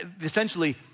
Essentially